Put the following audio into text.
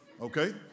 Okay